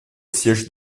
siège